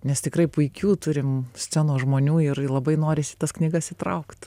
nes tikrai puikių turim scenos žmonių ir labai norisi į tas knygas įtraukt